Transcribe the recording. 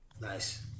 Nice